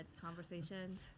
Conversation